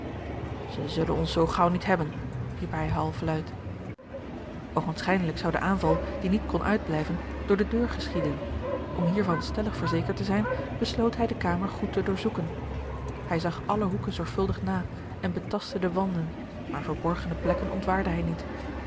zij zullen ons zoo gaauw niet hebben riep hij half luid oogenschijnlijk zou de aanval die niet kon uitblijven door de deur geschieden om hiervan stellig verzekerd te zijn besloot hij de kamer goed te doorzoeken hij zag alle hoeken zorgvuldig na en betastte de wanden maar verborgene plekken ontwaarde hij niet